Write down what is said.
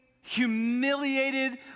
humiliated